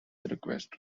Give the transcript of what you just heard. request